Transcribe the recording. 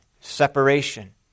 Separation